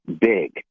big